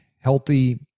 healthy